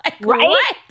Right